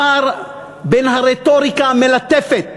הפער בין הרטוריקה המלטפת